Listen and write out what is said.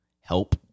Help